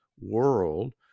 world